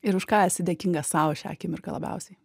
ir už ką esi dėkinga sau šią akimirką labiausiai